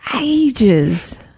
ages